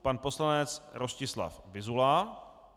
Pan poslanec Rostislav Vyzula.